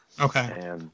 Okay